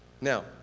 Now